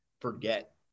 forget